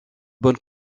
bonne